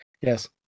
Yes